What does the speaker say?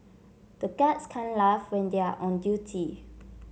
the guards can't laugh when they are on duty